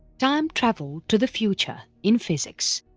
time travel to the future in physics